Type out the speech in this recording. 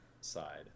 side